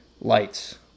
lights